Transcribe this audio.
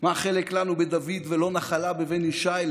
"מה לנו חלק בדוד ולא נחלה בבן ישי,